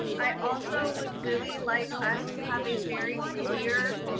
i also would really like us to have a very clear